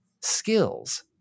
skills